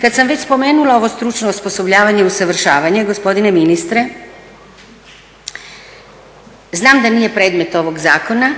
Kad sam već spomenula ovo stručno osposobljavanje i usavršavanje, gospodine ministre, znam da nije predmet ovog zakona,